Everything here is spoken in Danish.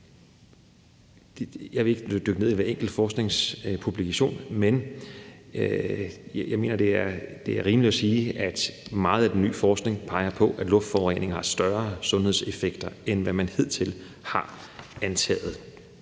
jeg vil ikke dykke ned i hver enkelt forskningspublikation, men jeg mener, det er rimeligt at sige, at meget af den ny forskning peger på, at luftforureningen har større sundhedseffekter, end hvad man hidtil har antaget.